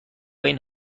این